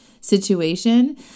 situation